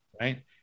Right